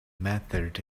method